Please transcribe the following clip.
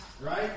right